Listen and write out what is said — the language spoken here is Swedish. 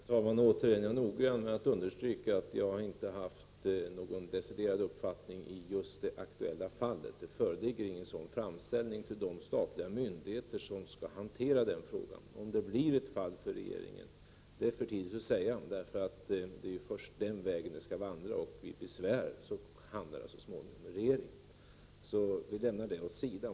Herr talman! Jag är noggrann med att understryka att jag inte haft någon deciderad uppfattning i just det aktuella fallet. Det föreligger ingen sådan framställning till de statliga myndigheter som skall hantera den frågan. Om det blir ett fall för regeringen är för tidigt att säga. Vid besvär hamnar det så småningom under regeringen. Så vi lämnar det åt sidan.